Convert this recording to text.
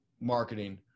marketing